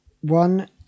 One